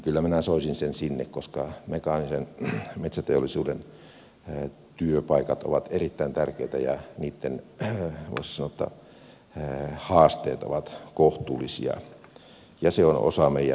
kyllä minä soisin sen tänne koska mekaanisen metsäteollisuuden työpaikat ovat erittäin tärkeitä ja niitten voisi sanoa haasteet ovat kohtuullisia ja se on osa meidän vientiteollisuutta